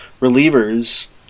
relievers